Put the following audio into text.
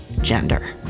gender